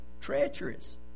treacherous